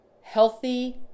healthy